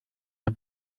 der